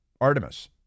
Artemis